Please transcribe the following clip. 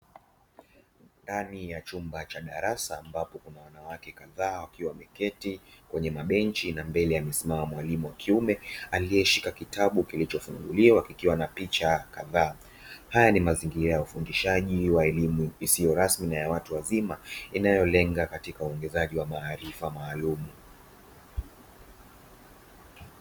Ndani ya chumba cha darasa ambapo kuna wanawake kadhaa, ambao wameketi kwenye mabenchi na mbele yao amesimama mwalimu wa kiume ameshika kitabu kilichofunguliwa kikiwa na picha kadhaa. Haya ni mazingira ya ufundishaji ya elimu isiyo rasmi na ya watu wazima, inayolenga katika uongezaji wa maarifa maalumu.